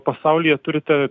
pasaulyje turite